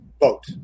vote